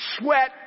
Sweat